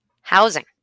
Housing